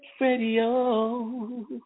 Radio